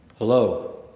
hello